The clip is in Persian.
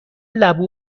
لبو